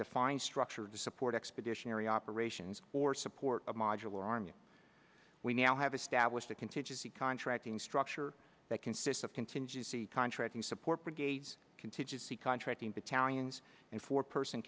defined structure to support expeditionary operations or support a modular army and we now have established a contingency contracting structure that consists of contingency contracting support brigades contingency contracting battalions and four person